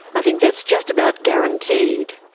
i think that's just about guaranteed.